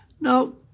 No